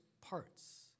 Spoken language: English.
parts